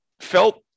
felt